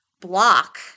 block